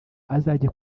azajye